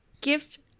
gift